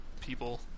people